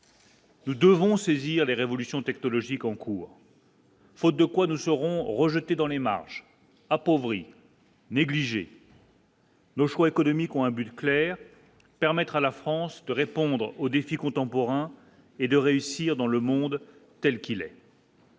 Nous devons saisir les révolutions technologiques en cours. Faute de quoi nous serons rejetés dans les marges appauvri. Nos choix économiques ont un but clair : permettre à la France de répondre aux défis contemporains et de réussir dans le monde, telle qu'il est.